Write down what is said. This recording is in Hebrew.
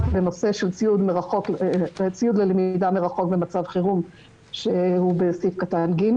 לציוד ללמידה מרחוק במצב חירום בתקנת משנה (ג),